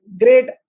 great